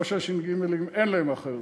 לא שהש"ג אין להם אחריות,